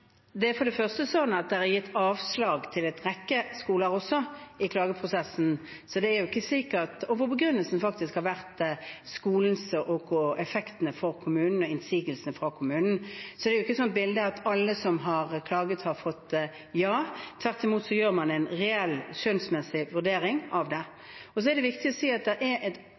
For det første er det også gitt avslag til en rekke skoler i klageprosessen, hvor begrunnelsen faktisk har vært skolens effekter for kommunen og innsigelsene fra kommunen. Så bildet er ikke slik at alle som har klaget, har fått ja. Tvert imot gjør man en reell skjønnsmessig vurdering av det. Det er også viktig å si at det er et